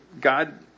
God